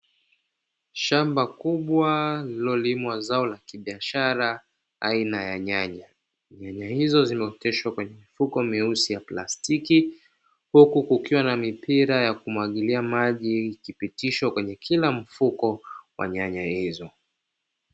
Shamba kubwa lililolimwa zao la kibiashara aina ya nyanya, nyanya hizo zimeoteshwa kwa mifuko meusi ya plastiki. Huku kukiwa na mipira ya kumwagilia maji, iliyopitishwa kwenye kila mfuko wa nyanya hizo.